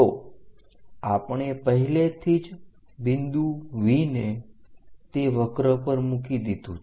તો આપણે પહેલેથી જ બિંદુ V ને તે વક્ર પર મૂકી દીધું છે